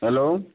hello